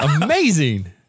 Amazing